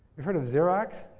you've heard of xerox?